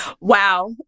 Wow